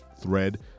thread